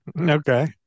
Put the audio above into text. okay